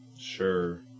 Sure